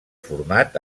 format